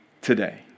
today